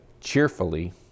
cheerfully